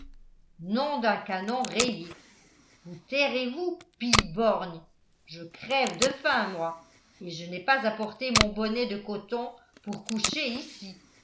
nom d'un canon rayé vous tairez vous pies borgnes je crève de faim moi et je n'ai pas apporté mon bonnet de coton pour coucher ici